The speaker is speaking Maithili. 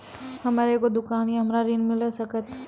हमर एगो दुकान या हमरा ऋण मिल सकत?